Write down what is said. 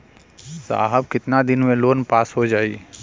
साहब कितना दिन में लोन पास हो जाई?